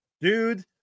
dude